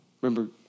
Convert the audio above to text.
Remember